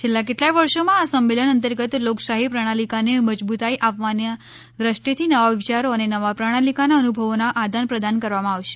છેલ્લા કેટલાય વર્ષોમાં આ સંમેલન અંતર્ગત લોકશાહી પ્રણાલીકાને મજબૂતાઇ આપવાના ક્રષ્ટીથી નવા વિયારો અને નવા પ્રણાલીકાના અનભવોનું આદાન પ્રદાન કરવામાં આવશે